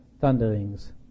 thunderings